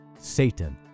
Satan